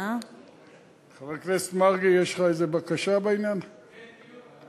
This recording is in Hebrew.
זאת אומרת שהוא